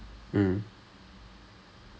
then the third person was